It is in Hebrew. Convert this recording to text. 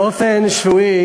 באופן שבועי,